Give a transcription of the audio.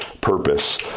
purpose